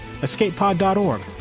escapepod.org